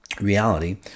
reality